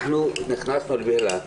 אנחנו נכנסנו לבהלה.